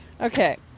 Okay